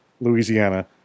Louisiana